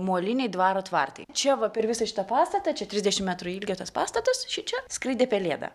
moliniai dvaro tvartai čia va per visą šitą pastatą čia trisdešimt metrų ilgio tas pastatas šičia skraidė pelėda